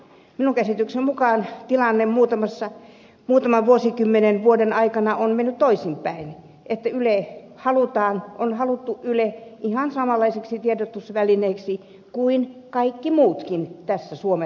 minun käsitykseni mukaan tilanne muutaman vuosikymmenen vuoden aikana on mennyt toisinpäin ja yle on haluttu ihan samanlaiseksi tiedotusvälineeksi kuin kaikki muutkin tässä suomen tasavallassa